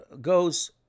goes